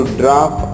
drop